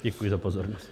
Děkuji za pozornost.